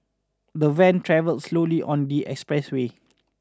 the van travel slowly on the expressway